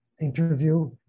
interview